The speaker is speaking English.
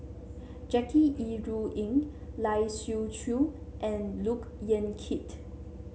Jackie Yi Ru Ying Lai Siu Chiu and Look Yan Kit